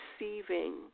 receiving